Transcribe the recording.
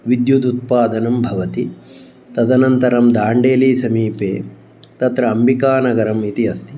विद्युदुत्पादनं भवति तदनन्तरं दाण्डेली समीपे तत्र अम्बिकानगरम् इति अस्ति